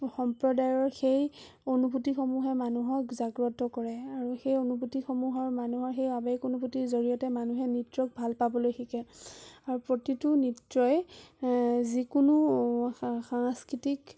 সম্প্ৰদায়ৰ সেই অনুভূতিসমূহে মানুহক জাগ্ৰত কৰে আৰু সেই অনুভূতিসমূহৰ মানুহৰ সেই আবেগ অনুভূতিৰ জড়িয়তে মানুহে নৃত্যক ভালপাবলৈ শিকে আৰু প্ৰতিটো নৃত্যই যিকোনো সা সাংস্কৃতিক